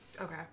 Okay